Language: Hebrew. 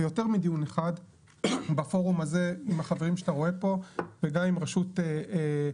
ויותר מדיון אחד בפורום הזה עם החברים שאתה רואה פה וגם עם רשות החברות.